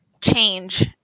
change